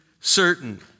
certain